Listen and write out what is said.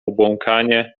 obłąkanie